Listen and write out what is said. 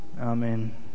Amen